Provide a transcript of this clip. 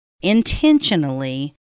intentionally